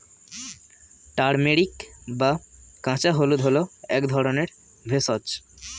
turmeric বা কাঁচা হলুদ হল এক ধরনের ভেষজ